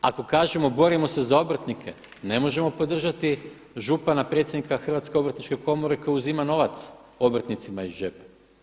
Ako kažemo borimo se za obrtnike, ne možemo podržati župana predsjednika HOK-a koji uzima novac obrtnicima iz džepa.